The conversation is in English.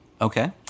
Okay